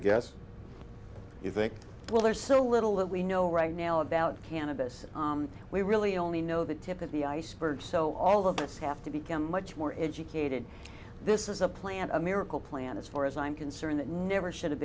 guess you think well there's so little that we know right now about cannabis we really only know the tip of the iceberg so all of us have to become much more educated this is a plan a miracle plan as far as i'm concerned it never should have